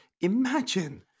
imagine